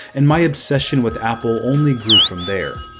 and my obsession with apple only grew from there.